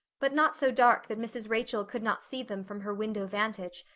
but not so dark that mrs. rachel could not see them from her window vantage,